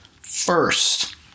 first